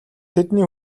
тэдний